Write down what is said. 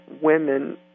women